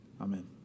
Amen